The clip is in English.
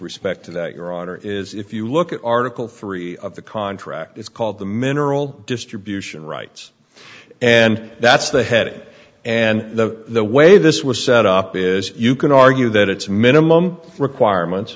respect to that your honor is if you look at article three of the contract it's called the mineral distribution rights and that's the head and the way this was set up is you can argue that it's minimum requirement